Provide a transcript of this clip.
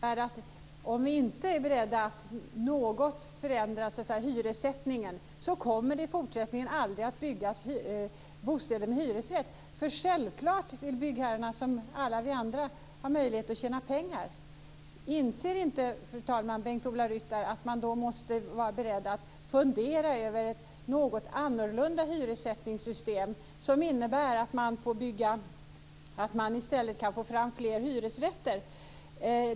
Fru talman! Med det resonemanget innebär det att om vi inte är beredda att förändra hyressättningen kommer det i fortsättningen aldrig att byggas bostäder med hyresrätt. Självklart vill byggherrarna - som alla vi andra - ha möjlighet att tjäna pengar. Inser inte, fru talman, Bengt-Ola Ryttar att man måste vara beredd att fundera ut ett något annorlunda hyressättningssystem som innebär att man i stället kan få fram fler hyresrätter?